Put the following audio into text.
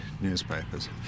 newspapers